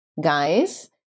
guys